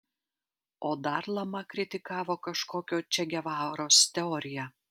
o dar lama kritikavo kažkokio če gevaros teoriją